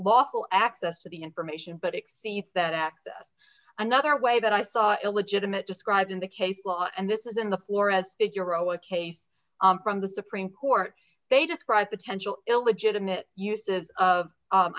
lawful access to the information but exceeds that access another way that i saw illegitimate described in the case law and this is in the flores euro a case from the supreme court they describe potential illegitimate uses of